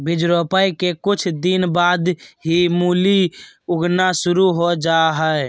बीज रोपय के कुछ दिन बाद ही मूली उगना शुरू हो जा हय